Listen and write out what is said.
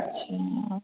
अच्छा